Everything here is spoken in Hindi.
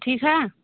ठीक है